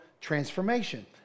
transformation